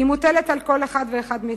היא מוטלת על כל אחד ואחד מאתנו,